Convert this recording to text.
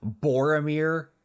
Boromir